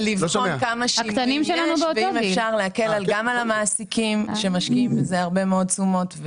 אם אפשר להקל גם על המעסיקים שמשקיעים בזה הרבה מאוד תשומות.